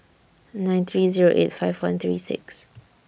nine three Zero eight five one three six